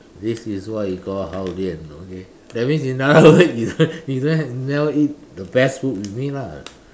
this is what we call hao-lian you know okay that means in other words you you you don't have you never you never eat the best food with me lah